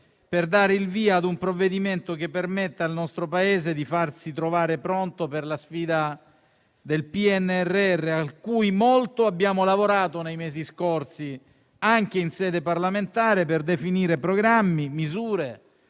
per dare il via ad un provvedimento che permette al nostro Paese di farsi trovare pronto per la sfida del PNRR, a cui molto abbiamo lavorato nei mesi scorsi, anche in sede parlamentare, per definire programmi, misure